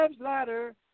Ladder